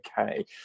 okay